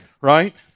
right